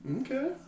Okay